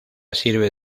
sirve